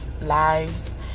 lives